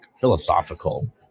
philosophical